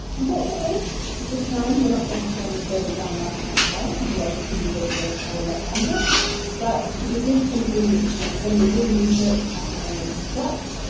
unfortunately at this time we're not going to go any further down that rabbit hole otherwise we could be here for a hell of lot longer but it is something, it's when you're doing research you have to know when to stop